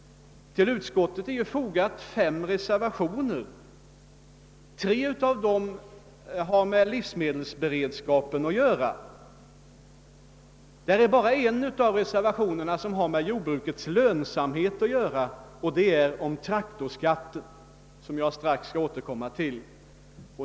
Det har fogats fem reservationer till utskottsutlåtandet och tre av dem har med livsmedelsberedskapen att göra. Bara en av reservationerna gäller jordbrukets lönsamhet, nämligen den som berör traktorskatten som jag strax skall återkomma till.